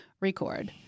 record